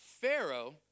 Pharaoh